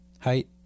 Height